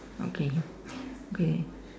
okay okay